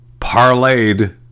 parlayed